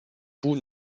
pur